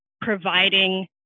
providing